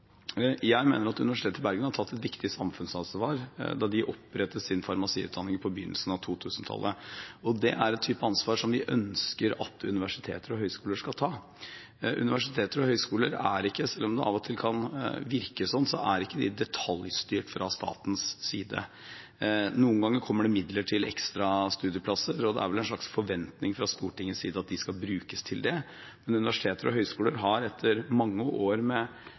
Jeg mener at Universitet i Bergen tok et viktig samfunnsansvar da de opprettet sin farmasiutdanning på begynnelsen av 2000-tallet, og det er en type ansvar som vi ønsker at universiteter og høyskoler skal ta. Universiteter og høyskoler er ikke, selv om det av og til kan virke slik, detaljstyrt fra statens side. Noen ganger kommer det midler til ekstra studieplasser, og det er vel en slags forventning fra Stortingets side om at de skal brukes til det, men universiteter og høyskoler har etter mange år